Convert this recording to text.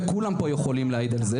וכולם פה יכולים להעיד על זה.